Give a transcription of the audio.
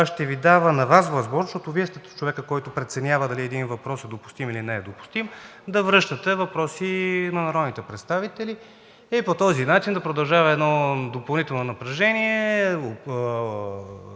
ще дава на Вас възможност, защото Вие сте човекът, който преценява дали един въпрос е допустим, или не е допустим, да връщате въпроси на народните представители и по този начин да продължава едно допълнително напрежение,